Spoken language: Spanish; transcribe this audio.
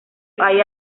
hay